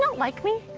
like me?